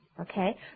Okay